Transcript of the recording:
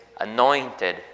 Anointed